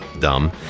dumb